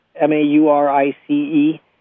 M-A-U-R-I-C-E